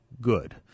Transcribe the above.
Good